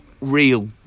real